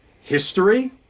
history